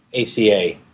ACA